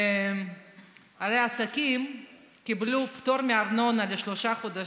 הרי העסקים קיבלו פטור מארנונה לשלושה חודשים,